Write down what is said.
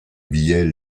billet